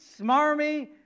smarmy